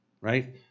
right